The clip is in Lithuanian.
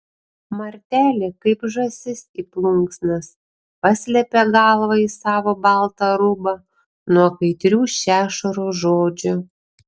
martelė kaip žąsis į plunksnas paslepia galvą į savo baltą rūbą nuo kaitrių šešuro žodžių